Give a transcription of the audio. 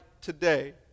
today